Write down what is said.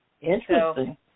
interesting